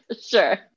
Sure